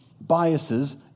biases